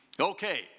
Okay